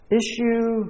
issue